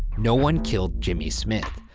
no one killed jimmy smith.